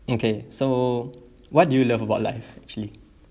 okay so what do you love about life actually